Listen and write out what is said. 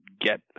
get